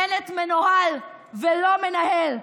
בנט מנוהל ולא מנהל.